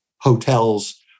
hotels